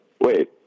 wait